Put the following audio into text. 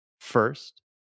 first